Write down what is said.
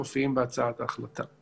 מופיעים בהצעת ההחלטה.